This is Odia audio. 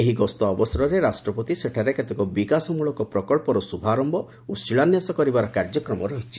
ଏହି ଗସ୍ତ ଅବସରରେ ରାଷ୍ଟ୍ରପତି ସେଠାରେ କେତେକ ବିକାଶମୂଳକ ପ୍ରକଳ୍ପର ଶୁଭାରମ୍ଭ ଓ ଶିଳାନ୍ୟାସ କରିବାର କାର୍ଯ୍ୟକ୍ରମ ରହିଛି